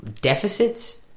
deficits